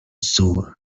sore